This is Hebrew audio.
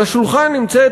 על השולחן נמצאת,